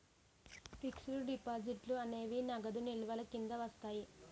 fixed డిపాజిట్లు అనేవి నగదు నిల్వల కింద వస్తాయి